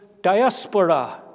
diaspora